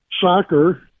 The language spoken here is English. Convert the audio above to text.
soccer